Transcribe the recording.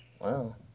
Wow